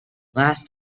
last